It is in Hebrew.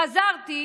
חזרתי,